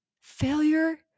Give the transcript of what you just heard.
Failure